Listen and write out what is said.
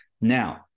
Now